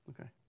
Okay